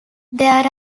there